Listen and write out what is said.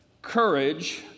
courage